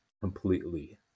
completely